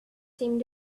seemed